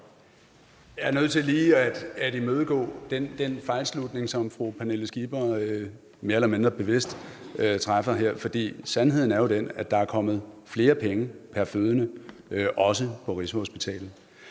Jeg er nødt til lige at imødegå den fejlslutning, som fru Pernille Skipper mere eller mindre bevidst træffer her, for sandheden er jo den, at der er kommet flere penge pr. fødende, også på Rigshospitalet.